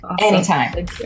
Anytime